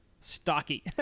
Stocky